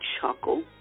chuckle